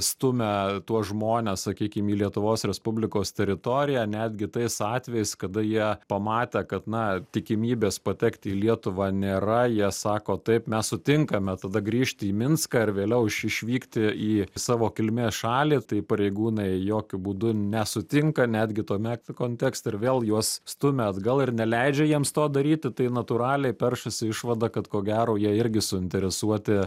stumia tuos žmones sakykim į lietuvos respublikos teritoriją netgi tais atvejais kada jie pamatė kad na tikimybės patekti į lietuvą nėra jie sako taip mes sutinkame tada grįžti į minską ir vėliau iš išvykti į savo kilmės šalį tai pareigūnai jokiu būdu nesutinka netgi tuome kontekst ir vėl juos stumia atgal ir neleidžia jiems to daryti tai natūraliai peršasi išvada kad ko gero jie irgi suinteresuoti